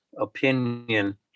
opinion